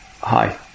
Hi